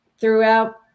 Throughout